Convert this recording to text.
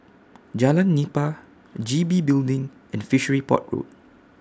Jalan Nipah G B Building and Fishery Port Road